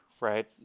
right